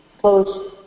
close